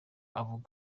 avuga